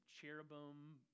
cherubim